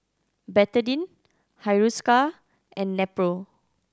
Betadine Hiruscar and Nepro